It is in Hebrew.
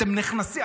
אתם נכנסים,